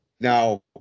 Now